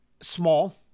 Small